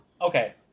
Okay